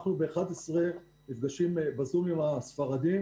אנחנו ב-11:00 נפגשים ב-זום עם הספרדים